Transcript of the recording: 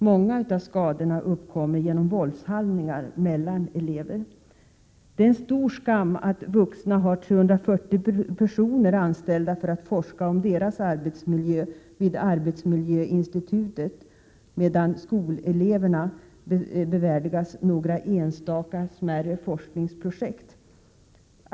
Många av skadorna uppkommer genom våldshandlingar elever emellan. Det är stor skam att 340 anställda forskar om vuxnas arbetsmiljö vid arbetsmiljöinstitutet, medan skoleleverna endast bevärdigas några enstaka smärre forskningsprojekt.